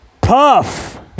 Puff